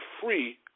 free